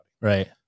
Right